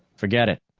forget it.